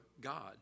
God